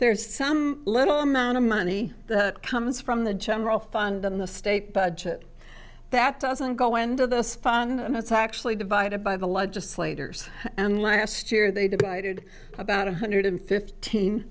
there's some little amount of money comes from the general fund in the state budget that doesn't go into the spawn and it's actually divided by the legislators and last year they divided about one hundred fifteen